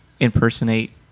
impersonate